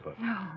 No